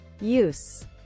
Use